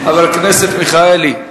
מיכאלי,